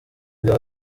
byaba